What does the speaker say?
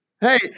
Hey